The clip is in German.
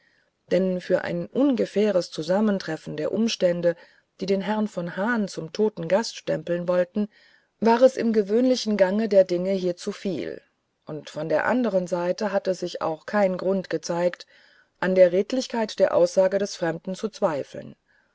denn für ein ungefähres zusammentreffen der umstände die den herrn von hahn zum toten gast stempeln wollten war es im gewöhnlichen gange der dinge hier zu viel und von der anderen seite hatte sich auch kein grund gezeigt an der redlichkeit der aussagen des fremden zu zweifeln